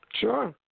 Sure